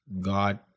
God